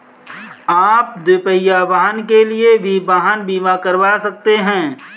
आप दुपहिया वाहन के लिए भी वाहन बीमा करवा सकते हैं